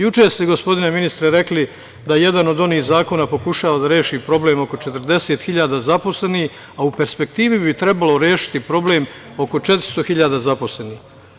Juče ste gospodine ministre rekli da jedan od onih zakona pokušava da reši problem oko 40.000 zaposlenih a u perspektivi bi trebao rešiti problem oko 400.000 nezaposlenih.